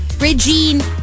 Regine